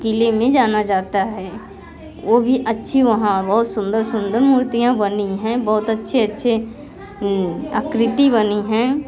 किले में जाना जाता है वो भी अच्छी वहाँ बहुत सुंदर सुंदर मूर्तियाँ बनी हैं बहुत अच्छे अच्छे आकृति बनी हैं